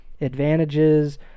advantages